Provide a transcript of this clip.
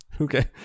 Okay